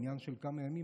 עניין של כמה ימים,